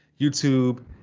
YouTube